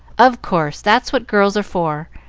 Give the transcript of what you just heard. of course that's what girls are for.